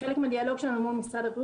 כחלק מהדיאלוג שלנו מול משרד הבריאות